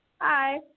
Hi